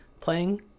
playing